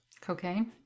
cocaine